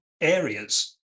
areas